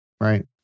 right